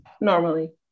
normally